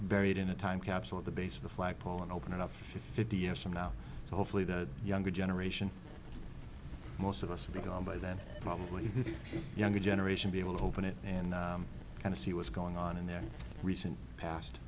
buried in a time capsule at the base of the flagpole and open it up for fifty years from now hopefully the younger generation most of us will be gone by then probably younger generation be able to open it and kind of see what's going on in their recent past